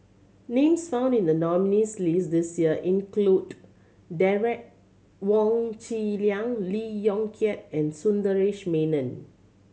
names found in the nominees' list this year include Derek Wong Zi Liang Lee Yong Kiat and Sundaresh Menon